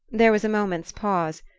there was a moment's pause,